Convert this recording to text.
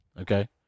Okay